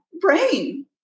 brain